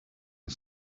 and